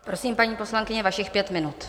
Prosím, paní poslankyně, vašich pět minut.